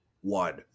one